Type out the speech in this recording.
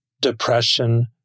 depression